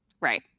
Right